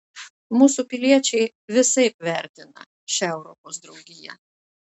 mūsų piliečiai visaip vertina šią europos draugiją